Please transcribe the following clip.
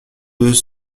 deux